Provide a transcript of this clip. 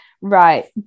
right